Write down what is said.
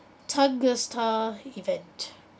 tunguska event